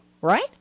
Right